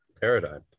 paradigm